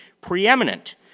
preeminent